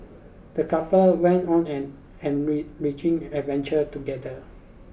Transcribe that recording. the couple went on an an riching adventure together